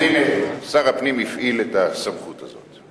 אז הנה, שר הפנים הפעיל את הסמכות הזאת.